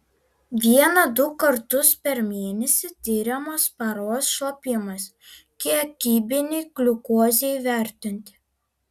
vieną du kartus per mėnesį tiriamas paros šlapimas kiekybinei gliukozei įvertinti